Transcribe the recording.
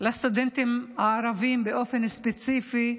לסטודנטים הערבים באופן ספציפי,